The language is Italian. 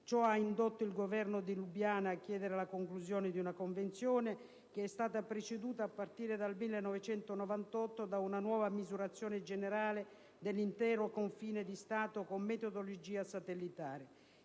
Ciò ha indotto il Governo di Lubiana a chiedere la conclusione di una convenzione, che è stata preceduta, a partire dal 1998, da una nuova misurazione generale dell'intero confine di Stato con metodologia satellitare.